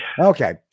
Okay